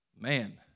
Man